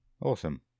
Awesome